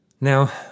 Now